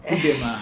freedom ah